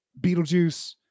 Beetlejuice